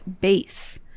base